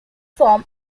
form